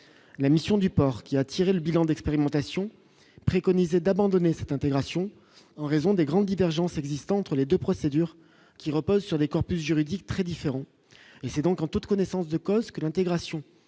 la mission du port qui a tiré le bilan d'expérimentation préconisait d'abandonner cette intégration en raison des grandes divergences existent entre les 2 procédures qui repose sur des corpus juridique très différents et c'est donc en toute connaissance de cause que l'intégration